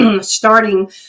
starting